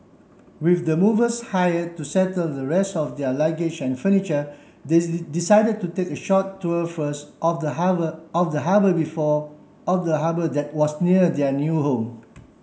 with the movers hired to settle the rest of their luggage and furniture they decided to take a short tour first of the harbour of the harbour before of the harbour that was near their new home